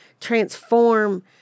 transform